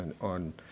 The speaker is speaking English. on